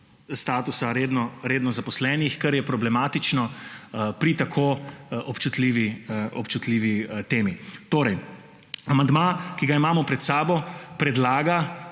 statusa redno zaposlenih, kar je problematično pri tako občutljivi temi. Torej amandma, ki ga imamo pred sabo, predlaga,